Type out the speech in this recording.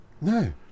No